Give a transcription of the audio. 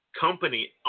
company